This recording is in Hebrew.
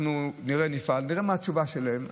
אנחנו נראה מה התשובה שלהם.